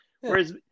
Whereas